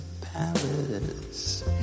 palace